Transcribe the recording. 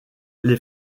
les